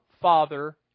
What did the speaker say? Father